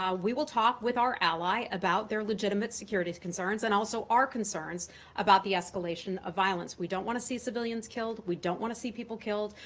um we will talk with our ally about their legitimate security concerns and also our concerns about the escalation of violence. we don't want to see civilians killed, we don't want to see people killed,